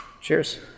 Cheers